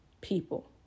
people